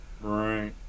Right